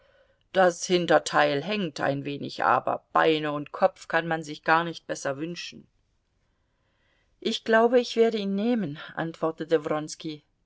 das hinterteil hängt ein wenig aber beine und kopf kann man sich gar nicht besser wünschen ich glaube ich werde ihn nehmen antwortete